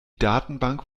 datenbank